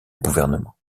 gouvernement